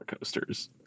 coasters